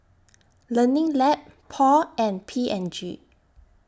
Learning Lab Paul and P and G